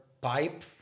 pipe